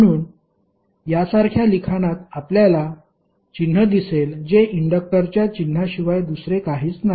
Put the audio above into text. म्हणून यासारख्या लिखाणात आपल्याला चिन्ह दिसेल जे इंडक्टरच्या चिन्हाशिवाय दुसरे काहीच नाही